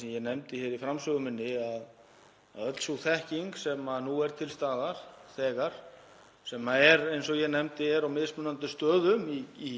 sem ég nefndi í framsögu minni, að öll sú þekking sem nú þegar er til staðar sem er, eins og ég nefndi, á mismunandi stöðum í